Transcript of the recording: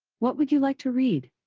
what would you like to read?